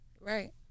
right